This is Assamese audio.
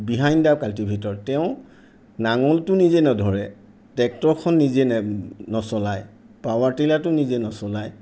বিহাইণ্ড দ্য় কাল্টিভেটৰ তেওঁ নাঙলটো নিজে নধৰে ট্ৰেক্টৰখন নিজে নে নচলায় পাৱাৰ টিলাৰটো নিজে নচলায়